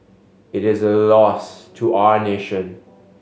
it is a loss to our nation